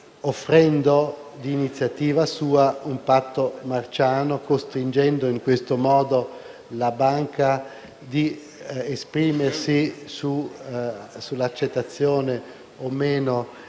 offrendo, di iniziativa sua, un patto marciano, e costringendo in questo modo la banca a esprimersi sull'accettazione o meno